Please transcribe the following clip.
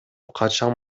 качан